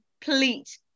complete